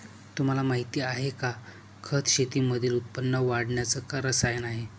तुम्हाला माहिती आहे का? खत शेतीमधील उत्पन्न वाढवण्याच रसायन आहे